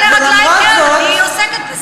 דווקא לרגלי כן, אני עוסקת בזה,